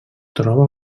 troba